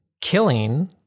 killing